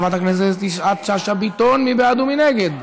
לוועדה לקידום מעמד האישה ולשוויון מגדרי